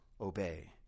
obey